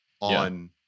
on